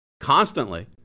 constantly